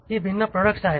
ही भिन्न प्रॉडक्ट्स आहेत